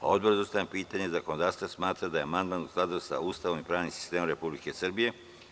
Odbor za ustavna pitanja i zakonodavstvo smatra da je amandman u skladu sa Ustavom i pravnim sistemom Republike Srbije.